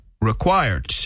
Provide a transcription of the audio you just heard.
required